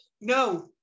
no